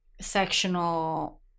sectional